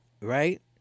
right